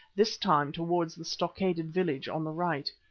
this time towards the stockaded village on the right.